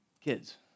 kids